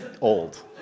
old